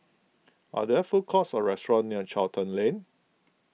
are there food courts or restaurants near Charlton Lane